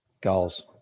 Goals